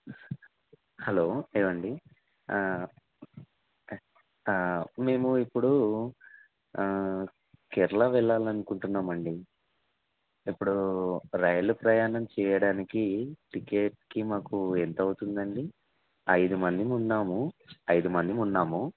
hello ఏమండి మేము ఇప్పుడు కేరళ వెళ్ళాలి అనుకుంటున్నాం అండి ఇప్పుడు రైలు ప్రయాణం చేయడానికి టికెట్కి మాకు ఎంత అవుతుంది అండి ఐదు మంది ఉన్నాము ఐదు మంది ఉన్నాము